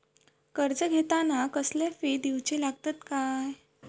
कर्ज घेताना कसले फी दिऊचे लागतत काय?